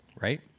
right